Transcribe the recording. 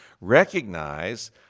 recognize